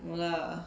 no lah